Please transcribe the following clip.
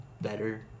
better